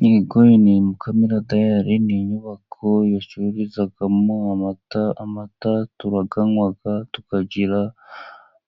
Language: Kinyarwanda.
Nigoyini mukamira dayari ni inyubako icururizwamo amata. Amata turaganywa tukagira